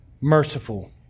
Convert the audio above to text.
merciful